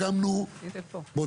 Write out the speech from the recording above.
בוא,